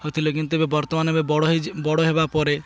ହୋଇଥିଲେ କିନ୍ତୁ ଏବେ ବର୍ତ୍ତମାନ ଏବେ ବଡ଼ ହେଇଛ ବଡ଼ ହେବା ପରେ